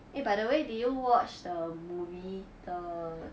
eh by the way did you watch the movie the